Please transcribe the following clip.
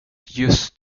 just